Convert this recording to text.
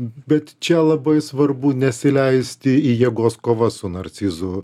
bet čia labai svarbu nesileisti į jėgos kovą su narcizu